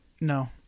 No